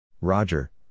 Roger